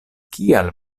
kial